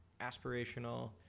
aspirational